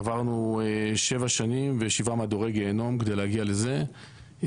עברנו שבע שנים ושבעה מדורי גיהינום כדי להגיע לזה,